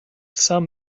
some